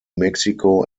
mexico